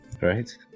Right